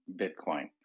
Bitcoin